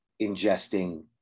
ingesting